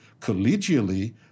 collegially